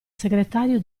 segretario